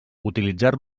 utilitzar